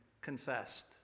confessed